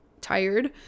tired